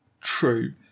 True